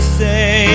say